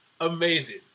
amazing